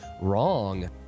Wrong